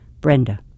Brenda